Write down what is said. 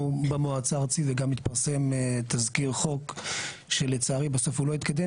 במועצה הארצית וגם התפרסם תזכיר חוק שלצערי בסוף הוא לא התקדם